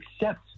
accept